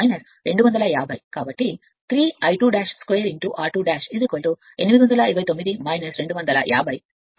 కాబట్టి 3 I2 2 r2 829 250